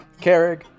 Kerrig